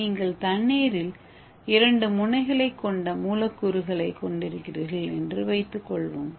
நீங்கள் தண்ணீரில் இரண்டு முனைகளை கொண்ட மூலக்கூறுகளைக் கொண்டிருக்கிறீர்கள் என்று வைத்துக்கொள்வோம்